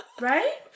right